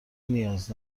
نیاز